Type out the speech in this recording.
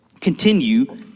continue